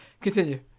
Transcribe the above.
continue